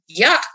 yuck